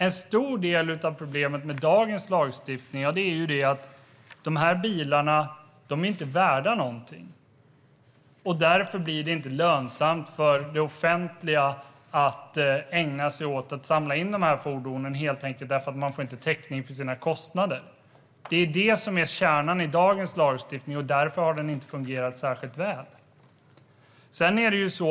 En stor del av problemet med dagens lagstiftning är att de här bilarna inte är värda någonting; därför blir det inte lönsamt för det offentliga att samla in dem, eftersom man helt enkelt inte får täckning för sina kostnader. Det är kärnan i dagens lagstiftning. Därför har den inte fungerat särskilt väl.